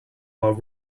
are